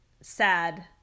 sad